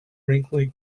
brinkley